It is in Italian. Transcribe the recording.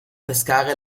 pescare